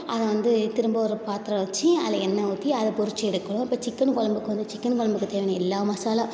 அதை வந்து திரும்ப ஒரு பாத்திரம் வச்சி அதில் எண்ணெய் ஊற்றி அதை பொறித்து எடுக்கணும் இப்போ சிக்கன் கொழம்புக்கு வந்து சிக்கன் கொழம்புக்கு தேவையான எல்லா மசாலா